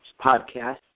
podcast